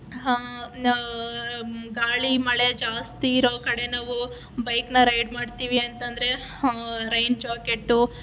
ಗಾಳಿ ಮಳೆ ಜಾಸ್ತಿ ಇರೋ ಕಡೆ ನಾವು ಬೈಕ್ನ ರೈಡ್ ಮಾಡ್ತೀವಿ ಅಂತಂದರೆ ರೈನ್ ಜಾಕೆಟ್ಟು